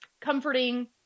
comforting